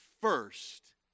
First